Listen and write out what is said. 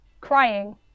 crying